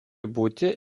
būti